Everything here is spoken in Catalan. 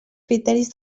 criteris